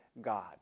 God